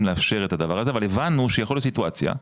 לאפשר את הדבר הזה אבל הבנו שיכולה להיות סיטואציה.